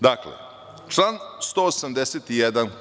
Dakle, član 181.